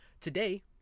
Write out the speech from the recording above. today